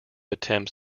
attempts